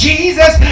Jesus